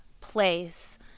place